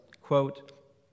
quote